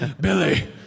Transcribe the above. Billy